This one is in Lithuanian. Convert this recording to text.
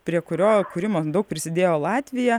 prie kurio kūrimo daug prisidėjo latvija